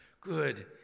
good